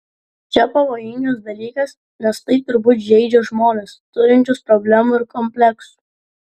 čia pavojingas dalykas nes tai turbūt žeidžia žmones turinčius problemų ir kompleksų